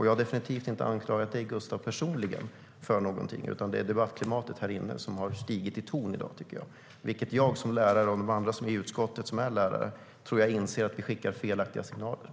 Jag har definitivt inte anklagat dig personligen, Gustav, för något, utan det handlar om debattklimatet här inne som i dag har stigit i ton, tycker jag, vilket jag som lärare och de andra i utskottet som är lärare inser innebär att vi skickar felaktiga signaler.